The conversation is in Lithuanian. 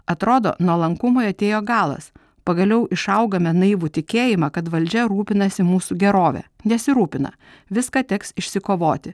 atrodo nuolankumui atėjo galas pagaliau išaugame naivų tikėjimą kad valdžia rūpinasi mūsų gerove nesirūpina viską teks išsikovoti